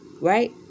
Right